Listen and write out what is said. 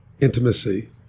intimacy